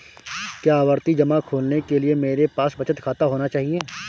क्या आवर्ती जमा खोलने के लिए मेरे पास बचत खाता होना चाहिए?